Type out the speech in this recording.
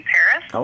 Paris